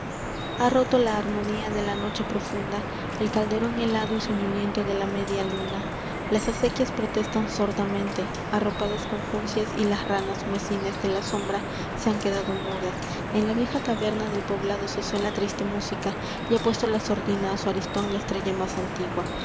o a roto la armonía h de la noche profunda el calderón helado y soñoliento e e la media luna las acequias protestan sordamente arropadas con juncias a las ranas muecines de la sombra se han quedado mudas en la vieja taberna del poblado cesó la triste música a ha puesto la sordina a su aristón la estrella más antigua